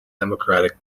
democratic